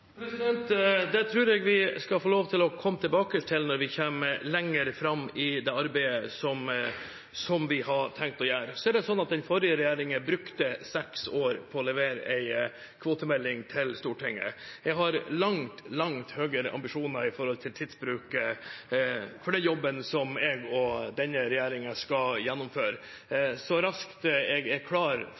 Det tror jeg vi skal få lov til å komme tilbake til når vi kommer lenger fram i det arbeidet som vi har tenkt å gjøre. Den forrige regjeringen brukte seks år på å levere en kvotemelding til Stortinget. Jeg har langt høyere ambisjoner når det gjelder tidsbruk for den jobben jeg og resten av regjeringen skal gjennomføre. Så snart jeg er klar